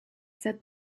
said